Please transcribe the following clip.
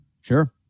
Sure